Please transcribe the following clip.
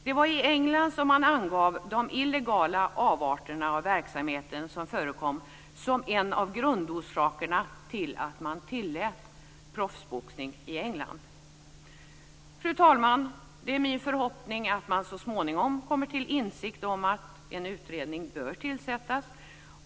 Det var i England som man angav de illegala avarterna av verksamheten som förekom som en av grundorsakerna till att man tillät proffsboxning där. Fru talman! Det är min förhoppning att man så småningom kommer till insikt om att en utredning bör tillsättas.